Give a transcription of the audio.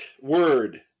word